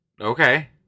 Okay